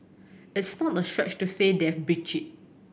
it's not a stretch to say they've breached it